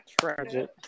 tragic